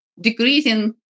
decreasing